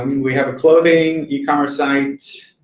we have a clothing e-commerce site.